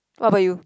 what about you